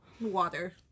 Water